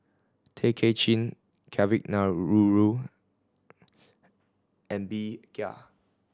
Tay Kay Chin Kavignareru Ng Bee Kia